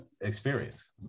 experience